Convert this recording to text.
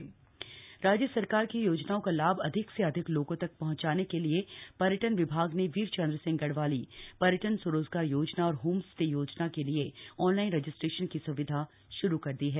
पर्यटन सचिव राज्य सरकार की योजनाओं का लाभ अधिक से अधिक लोगों तक पहंचाने के लिए पर्यटन विभाग ने वीर चंद्र सिंह गढ़वाली पर्यटन स्वरोजगार योजना और होमस्टे योजना के लिए ऑनलाइन रजिस्ट्रेशन की सुविधा शुरू कर दी है